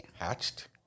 hatched